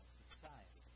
society